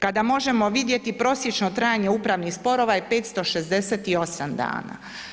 Kada možemo vidjeti prosječno trajanje upravnih sporova, je 568 dana.